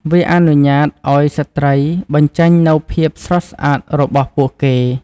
វាអនុញ្ញាតឱ្យស្ត្រីបញ្ចេញនូវភាពស្រស់ស្អាតរបស់ពួកគេ។